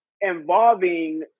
involving